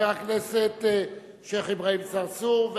חבר הכנסת שיח' אברהים צרצור.